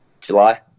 July